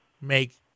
make